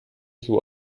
you